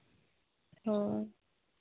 ᱦᱳᱭ